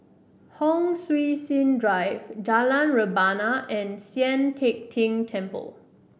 Hon Sui Sen Drive Jalan Rebana and Sian Teck Tng Temple